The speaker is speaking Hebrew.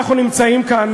אנחנו נמצאים כאן